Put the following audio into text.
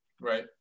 Right